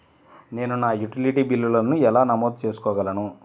నేను నా యుటిలిటీ బిల్లులను ఎలా నమోదు చేసుకోగలను?